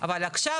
אבל עכשיו,